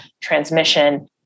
transmission